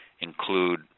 include